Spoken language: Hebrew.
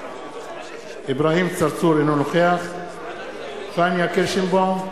אינו נוכח פניה קירשנבאום,